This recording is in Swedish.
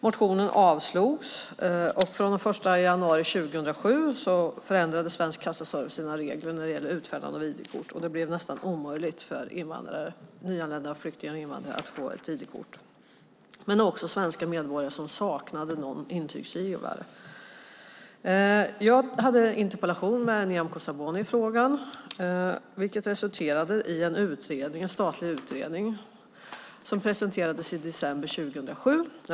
Motionen avslogs, och från den 1 januari 2007 förändrade Svensk Kassaservice sina regler när det gäller utfärdande av ID-kort. Det blev nästan omöjligt för nyanlända flyktingar och invandrare att få ett ID-kort. Det gällde också svenska medborgare som saknade en intygsgivare. Jag väckte en interpellation till Nyamko Sabuni i frågan, vilket resulterade i en statlig utredning. Den presenterades i december 2007.